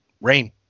Rain